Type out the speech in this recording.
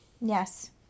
Yes